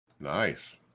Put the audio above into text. Nice